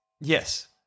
Yes